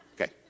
Okay